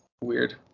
Weird